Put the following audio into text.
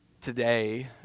today